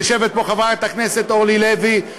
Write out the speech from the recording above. יושבת פה חברת הכנסת אורלי לוי,